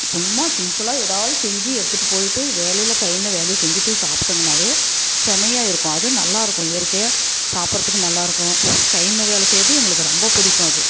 சும்மா சிம்பிளாக எதாவது செஞ்சு எடுத்துட்டு போயிட்டு வேலையில் கழனில வேலையை செஞ்சுட்டு சாப்பிட்டங்கனாவே செம்மையாக இருக்கும் அதுவும் நல்லாயிருக்கும் இயற்கையாக சாப்பிடுறத்துக்கு நல்லாயிருக்கும் கழனில வேலை செய்கிறது எங்களுக்கு ரொம்ப பிடிக்கும் அது